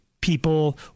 people